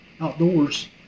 Outdoors